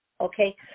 okay